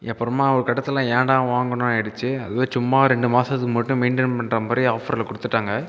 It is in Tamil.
அப்புறமா ஒரு கட்டத்தில் ஏன்டா வாங்கினோ ஆகிடுச்சி அதுவே சும்மா ஒரு ரெண்டு மாதத்துக்கு மட்டும் மெயின்டன் பண்ணுற மாதிரி ஆஃபரில் கொடுத்துட்டாங்க